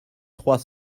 trois